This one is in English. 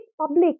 public